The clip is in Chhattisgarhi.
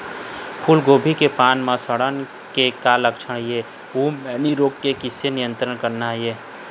फूलगोभी के पान म सड़न के का लक्षण ये अऊ मैनी रोग के किसे नियंत्रण करना ये?